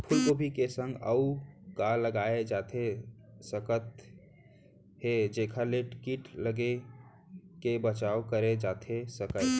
फूलगोभी के संग अऊ का लगाए जाथे सकत हे जेखर ले किट लगे ले बचाव करे जाथे सकय?